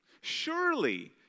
Surely